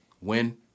win